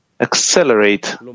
accelerate